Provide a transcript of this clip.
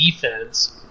defense